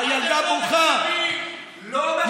הילדה בוכה, אתם לא נחשבים.